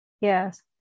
Yes